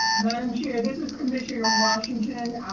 madam chair, this is commissioner and washington,